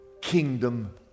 kingdom